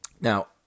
Now